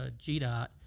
GDOT